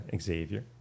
Xavier